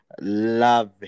love